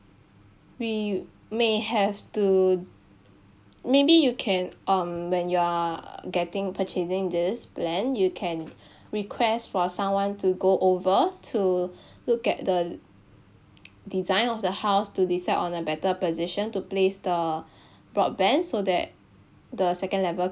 we may have to maybe you can um when you are getting purchasing this plan you can request for someone to go over to look at the design of the house to decide on a better position to place the broadband so that the second level